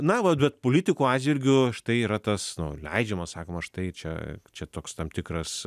na va bet politikų atžvilgiu štai yra tas nu leidžiama sakoma štai čia čia toks tam tikras